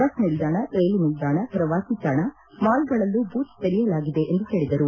bus ನಿಲ್ಲಾಣ ರೈಲು ನಿಲ್ದಾಣ ಪ್ರವಾಸಿ ತಾಣ ಮಾಲ್ಗಳಲ್ಲೂ ಬೂತ್ ತೆರೆಯಲಾಗಿದೆ ಎಂದು ಹೇಳಿದರು